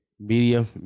medium